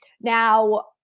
Now